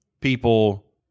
people